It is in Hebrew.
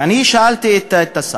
ואני שאלתי את השר,